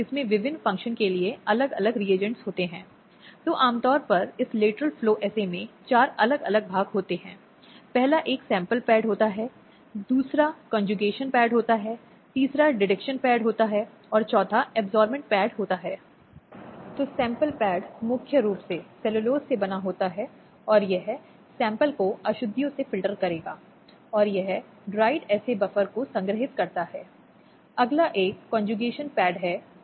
इसलिए यह वास्तव में दो महीने की समय सीमा है जब कोई मामला शुरू किया गया हो या घरेलू हिंसा की शिकायत की गई हो और आदेश पारित किया गया हो या इस मामले का निस्तारण किया गया हो तो यह मजिस्ट्रेट द्वारा साठ दिनों के भीतर किया जाना चाहिए